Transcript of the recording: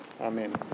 Amen